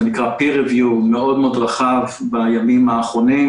peer review מאוד מאוד רחב בימים האחרונים.